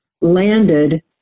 landed